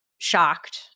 shocked